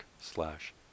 slash